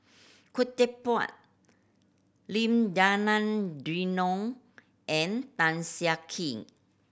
Khoo Teck Puat Lim Denan Denon and Tan Siah Kwee